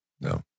No